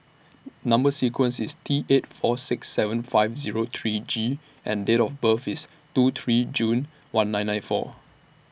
Number sequence IS T eight four six seven five Zero three G and Date of birth IS two three June one nine nine four